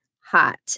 hot